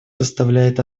составляет